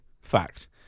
Fact